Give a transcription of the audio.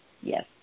yes